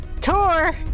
tour